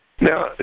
Now